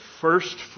first